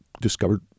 discovered